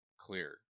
clear